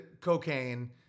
cocaine